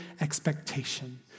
expectation